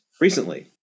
recently